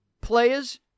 players